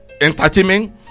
entertainment